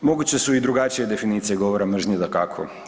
Moguće su i drugačije definicije govora mržnje dakako.